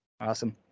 Awesome